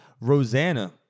Rosanna